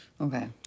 Okay